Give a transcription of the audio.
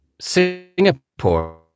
Singapore